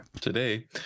Today